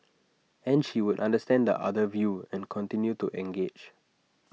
and she would understand the other view and continue to engage